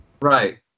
Right